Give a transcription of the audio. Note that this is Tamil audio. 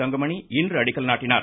தங்கமணி இன்று அடிக்கல் நாட்டினார்